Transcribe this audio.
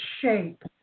shape